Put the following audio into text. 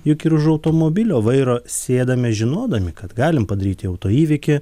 juk ir už automobilio vairo sėdame žinodami kad galim padaryti autoįvykį